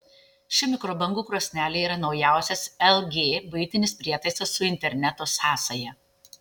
ši mikrobangų krosnelė yra naujausias lg buitinis prietaisas su interneto sąsaja